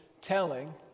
telling